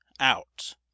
Out